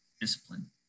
discipline